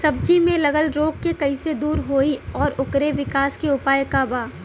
सब्जी में लगल रोग के कइसे दूर होयी और ओकरे विकास के उपाय का बा?